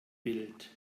bild